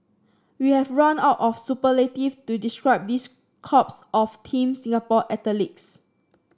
we have run out of superlative to describe this crops of Team Singapore athletes